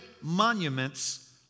monuments